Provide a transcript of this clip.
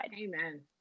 Amen